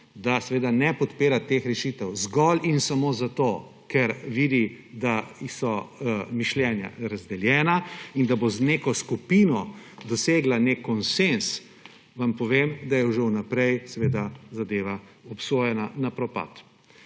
da ne podpira teh rešitev zgolj in samo zato, ker vidi, da so mišljenja razdeljena in da bo z neko skupino dosegla nek konsenz, vam povem, da je že vnaprej zadeva obsojena na propad.